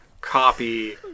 copy